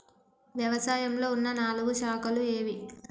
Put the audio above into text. వ్యవసాయంలో ఉన్న నాలుగు శాఖలు ఏవి?